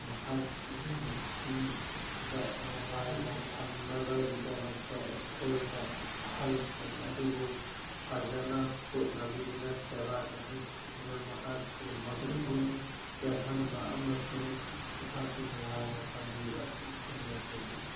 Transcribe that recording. ꯃꯍꯥꯛꯀꯤ ꯄꯨꯟꯁꯤꯗ ꯅꯨꯡꯉꯥꯏꯅ ꯊꯝꯅꯕꯒꯤꯗꯃꯛꯇ ꯑꯩꯈꯣꯏꯅ ꯑꯍꯜꯁꯤꯡ ꯑꯗꯨꯕꯨ ꯐꯖꯅ ꯍꯣꯠꯅꯕꯤꯗꯨꯅ ꯁꯦꯕꯥ ꯇꯧꯕꯤꯗꯨꯅ ꯃꯍꯥꯛꯄꯨ ꯃꯄꯨꯛꯅꯤꯡ ꯄꯦꯜꯍꯜꯕ ꯑꯃꯁꯨꯡ ꯃꯍꯥꯛꯄꯨ ꯅꯨꯡꯉꯥꯏꯅ ꯊꯝꯕꯤꯕ ꯑꯁꯤꯅ ꯆꯤꯡꯕꯅꯤ